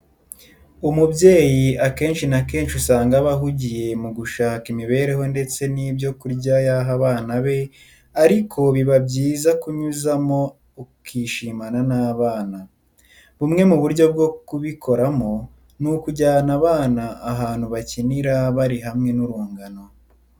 Umubyeyi akenshi na kenshi usanga aba ahugiye mu gushaka imibereho ndetse n'ibyo kurya yaha abana be, ariko biba byiza kunyuzamo ukishimana n'abana. Bumwe mu buryo bwo kubikoramo ni ukujyana abana ahantu bakinira bari hamwe n'urungano.